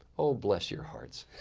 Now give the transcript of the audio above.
oh bless your hearts.